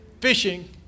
fishing